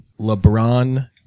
LeBron